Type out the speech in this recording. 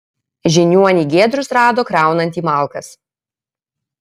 žiniuonį giedrius rado kraunantį malkas